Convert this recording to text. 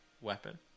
weapon